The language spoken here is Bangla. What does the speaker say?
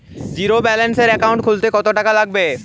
জিরোব্যেলেন্সের একাউন্ট খুলতে কত টাকা লাগবে?